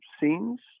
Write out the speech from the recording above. scenes